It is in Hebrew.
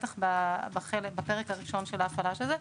בטח בפרק הראשון של ההפעלה של זה.